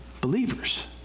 believers